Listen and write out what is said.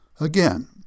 Again